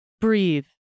breathe